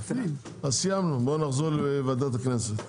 אז סיימנו בוא נעבור לוועדת הכנסת.